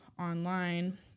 online